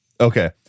Okay